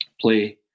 play